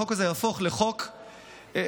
החוק הזה יהפוך לחוק הפארמה,